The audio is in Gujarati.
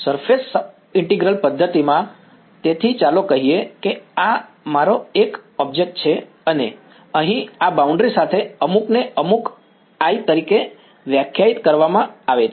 સરફેસ ઈન્ટિગ્રલ પદ્ધતિમાં તેથી ચાલો કહીએ કે આ માય એક ઓબ્જેક્ટ છે અહી આ બાઉન્ડ્રી સાથે અમુકને અમુક Γ તરીકે વ્યાખ્યાયિત કરવામાં આવે છે